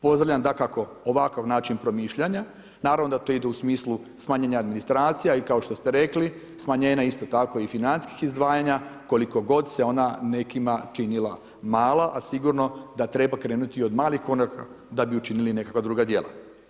Pozdravljam dakako ovakav način promišljanja, naravno da to ide u smislu smanjene administracije a i kao što ste rekli, smanjenje isto tako i financijskih izdvajanja koliko god se ona nekima činila mala a sigurno da treba krenuti od malih koraka da bi učinili nekakva druga djela.